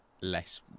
less